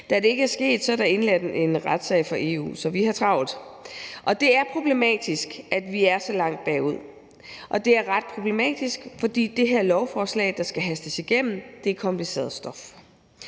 Da det ikke er sket, er der indledt en retssag fra EU. Så vi har travlt, og det er problematisk, at vi er så langt bagud, og det er ret problematisk, fordi det her lovforslag, der skal hastes igennem, er kompliceret stof.